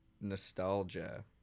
nostalgia